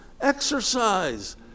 Exercise